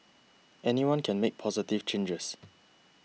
anyone can make positive changes